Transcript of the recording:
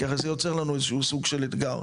כי הרי, זה יוצר לנו איזשהו סוג של אתגר.